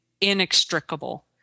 inextricable